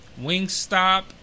Wingstop